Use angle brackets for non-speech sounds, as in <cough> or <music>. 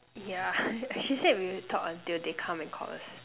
yeah <laughs> she said we talk until they come and call us